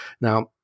Now